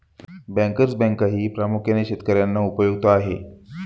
bankers बँकही प्रामुख्याने शेतकर्यांना उपयुक्त आहे